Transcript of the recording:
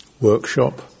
workshop